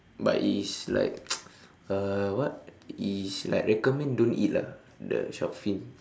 but it's like uh what it's like recommend don't eat lah the shark fin